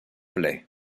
play